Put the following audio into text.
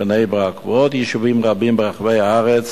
בני-ברק ועוד יישובים רבים ברחבי הארץ